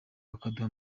bakaduha